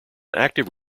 active